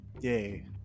Yay